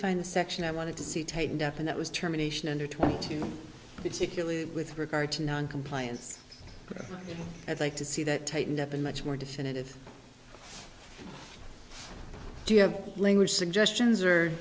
find a section i want to see tightened up and that was terminations under twenty two it securely with regard to noncompliance at like to see that tightened up and much more definitive do you have language suggestions or